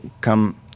come